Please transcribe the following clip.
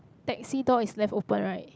Taxi door is left open right